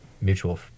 mutual